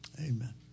Amen